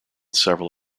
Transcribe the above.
several